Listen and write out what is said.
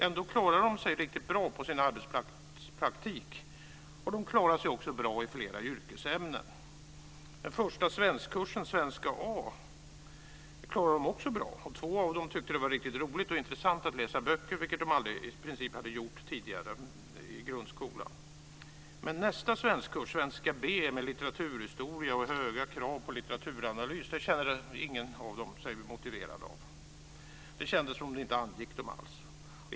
Ändå klarade de sig riktigt bra på sin arbetsplatspraktik. De klarade sig också bra i flera yrkesämnen. Den första svenskkursen, svenska A, klarade de också bra. Två av dem tyckte att det var riktigt roligt och intressant att läsa böcker, vilket de i princip aldrig hade gjort tidigare i grundskolan. Men nästa svenskkurs, svenska B, men litteraturhistoria och höga krav på litteraturanalys kände sig ingen av dem motiverad av. Det kändes som om det inte angick dem alls.